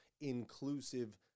inclusive